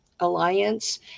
Alliance